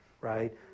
right